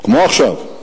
כמו עכשיו.